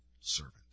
servant